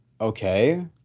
okay